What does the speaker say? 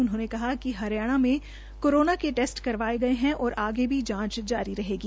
उन्होंने कहा कि हरियाणा में कोरोना के टेस्ट करवाये गये है और आगे भी जांच जारी रहेगी